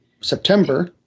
September